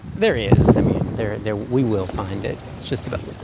there is. i mean, there there we will find it. it's just about